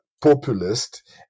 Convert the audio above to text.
populist